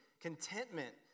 contentment